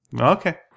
Okay